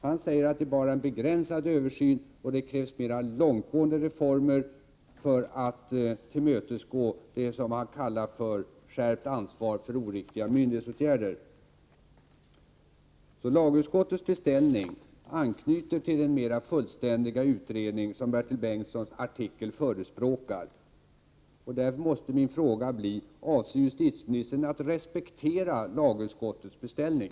Han säger att detta bara är en begränsad översyn och att det krävs mera långtgående reformer för att tillmötesgå det som han kallar för skärpt ansvar för oriktiga myndighetsåtgärder. Lagutskottets beställning anknyter till den mera fullständiga utredning som förespråkas i Bertil Bengtssons artikel. Min fråga måste då bli: Avser justitieministern att respektera lagutskottets beställning?